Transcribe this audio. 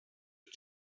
mit